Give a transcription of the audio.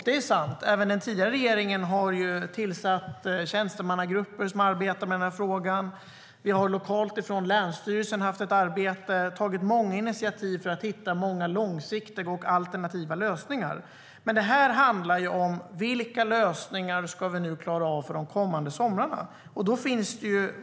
Det är sant att även den tidigare regeringen tillsatte tjänstemannagrupper som arbetade med frågan. Vi har lokalt från länsstyrelsen haft ett arbete, och det har tagits många initiativ för att hitta långsiktiga och alternativa lösningar. Det här handlar dock om lösningar för de kommande somrarna.